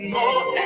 more